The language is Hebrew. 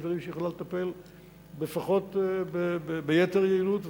יש דברים שהיא יכולה לטפל בהם לפחות ביתר יעילות,